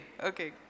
okay